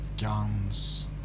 guns